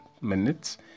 minutes